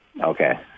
Okay